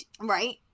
right